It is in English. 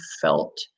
felt